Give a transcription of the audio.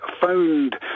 phoned